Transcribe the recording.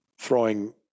throwing